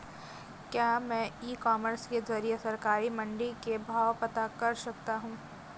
क्या मैं e commerce के ज़रिए सरकारी मंडी के भाव पता कर सकता हूँ?